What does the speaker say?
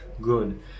good